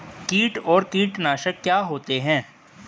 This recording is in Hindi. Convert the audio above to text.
कीट और कीटनाशक क्या होते हैं?